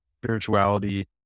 spirituality